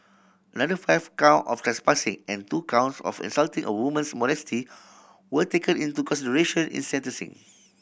another five count of trespassing and two counts of insulting a woman's modesty were taken into consideration in sentencing